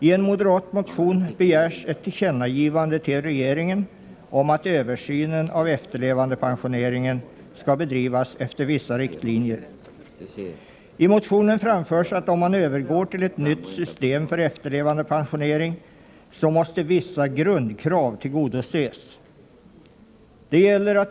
I en moderat motion begärs ett tillkännagivande till regeringen om att översynen av efterlevandepensioneringen skall bedrivas efter vissa riktlinjer. I motionen framförs att vissa grundkrav måste tillgodoses, om man övergår till ett system för efterlevandepensionering.